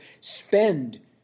spend